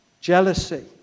Jealousy